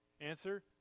Answer